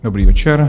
Dobrý večer.